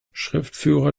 schriftführer